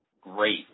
great